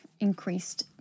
Increased